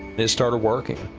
it started working.